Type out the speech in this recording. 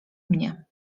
mnie